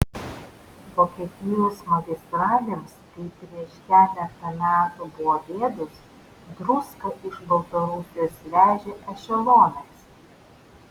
vokietijos magistralėms kai prieš keletą metų buvo bėdos druską iš baltarusijos vežė ešelonais